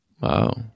Wow